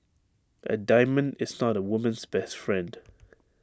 A diamond is not A woman's best friend